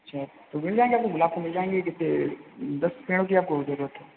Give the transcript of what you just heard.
अच्छा तो मिल जाएँगे आपको गुलाब के मिल जाएँगे कितने दस पेड़ों की आपको ज़रूरत है